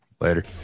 Later